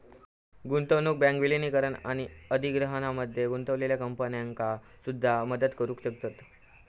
गुंतवणूक बँक विलीनीकरण आणि अधिग्रहणामध्ये गुंतलेल्या कंपन्यांका सुद्धा मदत करू शकतत